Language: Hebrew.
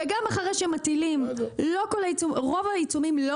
וגם אחרי שמטילים רוב העיצומים לא